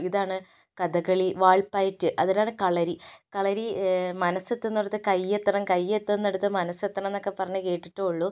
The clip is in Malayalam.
ഇതാണ് കഥകളി വാൾപ്പയറ്റ് അതിലാണ് കളരി കളരി മനസ്സെത്തുന്നിടത് കയ്യെത്തണം കയ്യെത്തുന്നിടത്ത് മനസ്സെത്തണമെന്നൊക്കെ പറഞ്ഞ് കേട്ടിട്ടുള്ളൂ